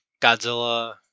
Godzilla